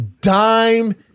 dime